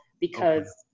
because-